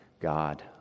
God